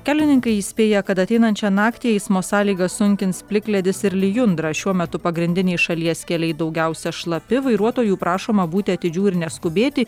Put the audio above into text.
kelininkai įspėja kad ateinančią naktį eismo sąlygas sunkins plikledis ir lijundra šiuo metu pagrindiniai šalies keliai daugiausia šlapi vairuotojų prašoma būti atidžių ir neskubėti